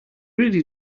really